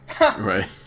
Right